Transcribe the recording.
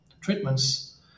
treatments